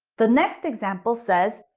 the next example says,